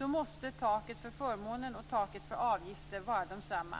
måste taken för förmånen och taket för avgifter vara desamma.